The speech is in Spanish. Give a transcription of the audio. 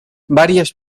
varias